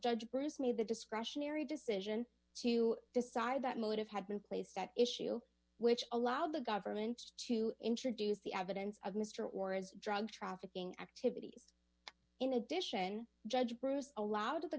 judge bruce made the discretionary decision to decide that motive had been placed at issue which allowed the government to introduce the evidence of mr or as drug trafficking activities in addition judge bruce allowed to the